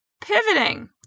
pivoting